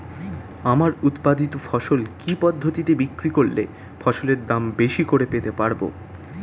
আমার উৎপাদিত ফসল কি পদ্ধতিতে বিক্রি করলে ফসলের দাম বেশি করে পেতে পারবো?